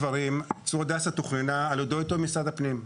צור הדסה תוכננה על ידי אותו משרד הפנים,